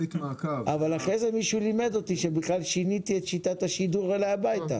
אבל אחרי זה מישהו לימד אותי שבכלל שיניתי את שיטת השידור אליי הביתה